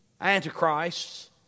Antichrists